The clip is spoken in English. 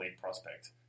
prospect